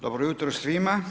Dobro jutro svima.